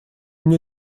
мне